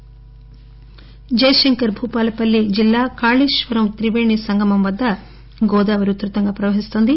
కాళేశ్వరం జయశంకర్ భూపాలపల్లి జిల్లా కాళేశ్వరం త్రిపేణి సంగమం వద్ద గోదావరి ఉధృతంగా ప్రవ హిస్తోంది